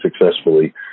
successfully